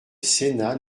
sénat